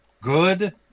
good